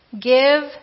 Give